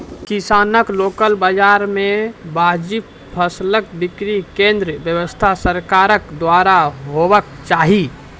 किसानक लोकल बाजार मे वाजिब फसलक बिक्री केन्द्रक व्यवस्था सरकारक द्वारा हेवाक चाही?